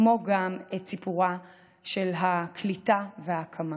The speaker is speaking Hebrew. כמו גם את סיפורה של הקליטה וההקמה.